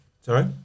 Sorry